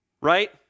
right